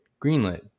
greenlit